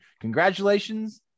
Congratulations